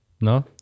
No